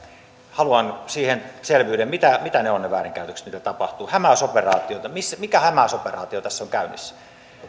haluan siihen selvyyden mitä mitä ovat ne väärinkäytökset mitä tapahtuu hämäysoperaatioita mikä hämäysoperaatio tässä on käynnissä